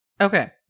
Okay